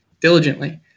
diligently